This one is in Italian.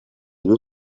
due